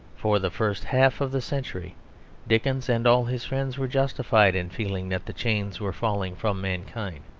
for the first half of the century dickens and all his friends were justified in feeling that the chains were falling from mankind.